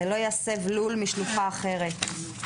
ולא יסב לול משלוחה אחרת.